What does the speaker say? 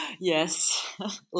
Yes